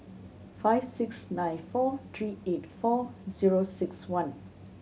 five six nine four three eight four zero six one